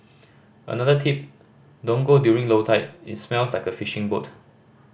another tip don't go during low tide it smells like a fishing boat